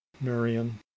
Marian